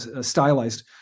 stylized